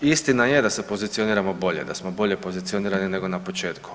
Istina je da se pozicioniramo bolje, da smo bolje pozicionirani nego na početku.